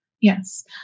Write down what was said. Yes